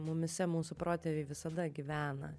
mumyse mūsų protėviai visada gyvena